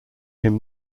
him